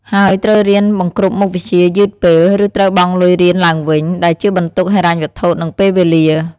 ហើយត្រូវរៀនបង្រ្គប់មុខវិជ្ជាយឺតពេល ឬត្រូវបង់លុយរៀនឡើងវិញ ដែលជាបន្ទុកហិរញ្ញវត្ថុ និងពេលវេលា។